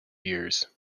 years